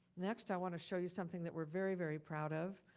next, i wanna show you something that we're very very proud of.